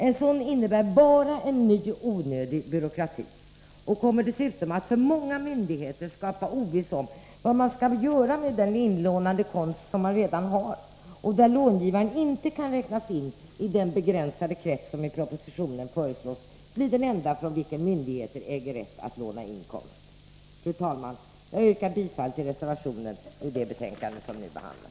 En sådan innebär bara en ny onödig byråkrati och kommer dessutom att för många myndigheter skapa ovisshet om vad man skall göra med den inlånade konst man redan har och där långivaren icke kan räknas in i den begränsade krets som i propositionen föreslås bli den enda från vilken myndigheter äger rätt att låna in konst. Fru talman! Jag yrkar bifall till reservationen vid det betänkande som nu behandlas.